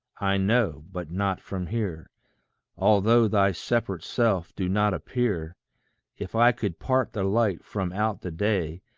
i know, but not from here although thy separate self do not appear if i could part the light from out the day,